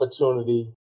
opportunity